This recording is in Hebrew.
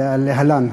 זה הלהלן,